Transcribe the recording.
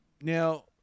Now